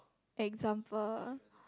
example